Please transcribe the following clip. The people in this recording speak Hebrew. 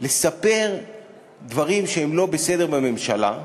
לספר דברים שהם לא בסדר בממשלה,